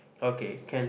okay can